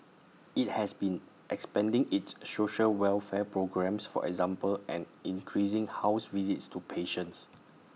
IT has been expanding its social welfare programmes for example and increasing house visits to patients